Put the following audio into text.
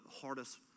hardest